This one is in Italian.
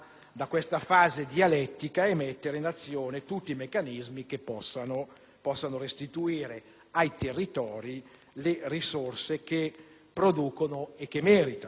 da questa fase dialettica e mettere in azione tutti i meccanismi che possano restituire ai territori le risorse che producono e che meritano,